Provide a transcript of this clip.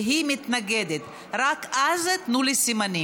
והיא מתנגדת, רק אז, תנו לי סימנים.